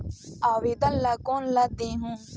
आवेदन ला कोन ला देहुं?